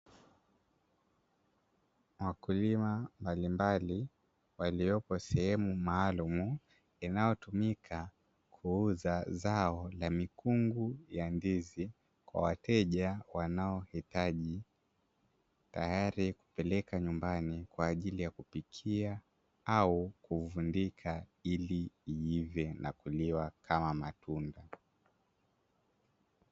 Wakuliima mbalimbali waliopo sehemu maalumu inayotumika kuuza zao la mikungu ya ndizi kwa wateja wanaohitaji, tayari kupeleka nyumbani kwa ajili ya kupikia au kuvundika ili iive na kuliwa kama matunda.